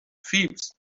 فیبز